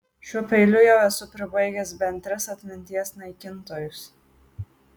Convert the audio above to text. šiuo peiliu jau esu pribaigęs bent tris atminties naikintojus